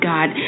God